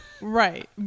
Right